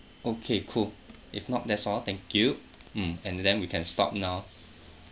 okay cool if not that's all thank you mm and then we can stop now